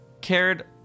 cared